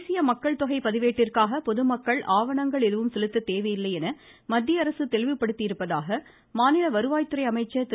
தேசிய மக்கள் தொகை பதிவேட்டிற்காக பொதுமக்கள் ஆவணங்கள் எதுவும் செலுத்த தேவையில்லை என மத்தியஅரசு தெளிவுபடுத்தியுள்ளதாக மாநில வருவாய் துறை அமைச்சர் திரு